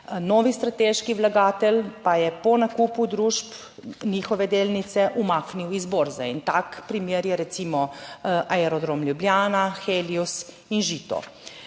novi strateški vlagatelj pa je po nakupu družb njihove delnice umaknil iz borze in tak primer je recimo Aerodrom Ljubljana, Helios in Žito,